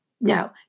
no